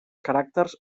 caràcters